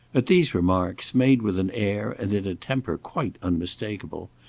at these remarks, made with an air and in a temper quite unmistakable,